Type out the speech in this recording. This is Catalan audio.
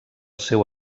seu